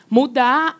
mudar